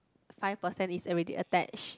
five percent is already attach